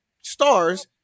stars